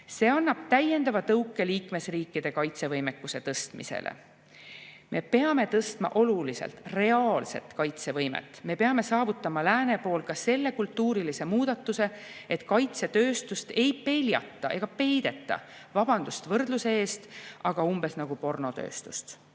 See annab täiendava tõuke liikmesriikide kaitsevõimekuse tõstmisele. Me peame tõstma oluliselt reaalset kaitsevõimet. Me peame saavutama lääne pool ka selle kultuurilise muudatuse, et kaitsetööstust ei peljata ega peideta – vabandust võrdluse eest! – umbes nagu pornotööstust.